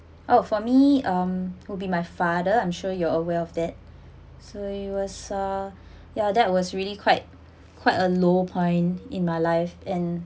oh for me um would be my father I'm sure you're aware of that so he was uh yeah that was really quite quite a low point in my life and